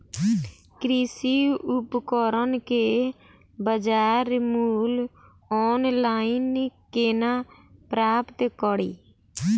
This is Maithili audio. कृषि उपकरण केँ बजार मूल्य ऑनलाइन केना प्राप्त कड़ी?